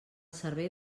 servei